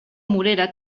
morera